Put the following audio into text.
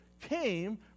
came